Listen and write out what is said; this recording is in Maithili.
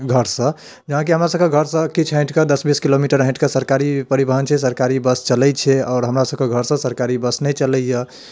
घरसँ जेनाकि हमरासभके घरसँ किछु हटिके दस बीस किलोमीटर हटिके सरकारी परिवहन छै सरकारी बस चलै छै आओर हमरासभके घरसँ सरकारी बस नहि चलैए